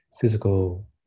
physical